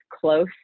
close